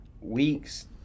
weeks